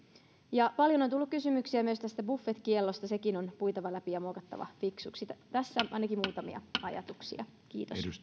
paljon on tullut kysymyksiä myös tästä buffetkiellosta sekin on puitava läpi ja muokattava fiksuksi tässä ainakin muutamia ajatuksia kiitos